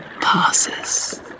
passes